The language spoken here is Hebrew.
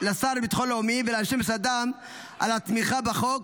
לשר לביטחון לאומי ולאנשי משרדם על התמיכה בחוק,